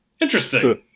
Interesting